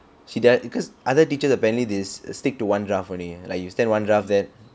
she that because other teacher they apparently stick to one draft only like you send one draft then